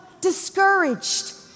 discouraged